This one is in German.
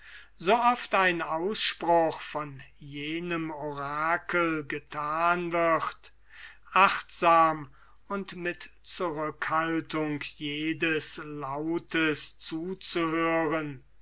so oft ein ausspruch von jenem orakel gethan wird achtsam und mit zurückhaltung jedes lautes zuzuhören